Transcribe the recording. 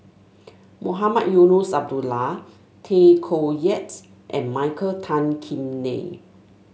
Mohamed Eunos Abdullah Tay Koh Yat and Michael Tan Kim Nei